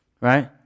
right